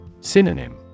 Synonym